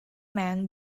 men